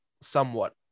somewhat